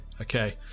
Okay